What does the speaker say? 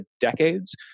decades